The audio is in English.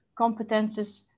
competences